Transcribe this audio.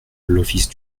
l’office